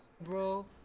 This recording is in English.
bro